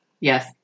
Yes